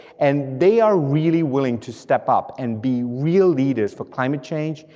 and they are really willing to step up and be real leaders for climate change,